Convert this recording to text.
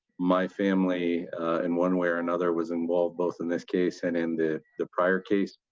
my family in one way or another was involved both in this case and in the the prior case.